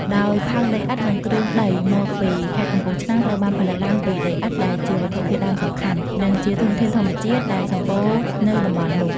ដោយផើងដីឥដ្ឋ និងគ្រឿងដីមកពីខេត្តកំពង់ឆ្នាំង ត្រូវបានផលិតឡើងពី ដីឥដ្ឋ ដែលជាវត្ថុធាតុដើមសំខាន់ និងជាធនធានធម្មជាតិដែលសម្បូរនៅតំបន់នោះ។